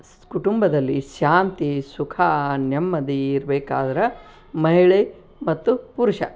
ಸ್ ಕುಟುಂಬದಲ್ಲಿ ಶಾಂತಿ ಸುಖ ನೆಮ್ಮದಿ ಇರ್ಬೇಕಾದ್ರೆ ಮಹಿಳೆ ಮತ್ತು ಪುರುಷ